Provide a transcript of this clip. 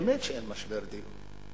באמת שאין משבר דיור.